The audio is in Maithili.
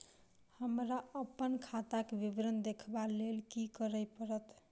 हमरा अप्पन खाताक विवरण देखबा लेल की करऽ पड़त?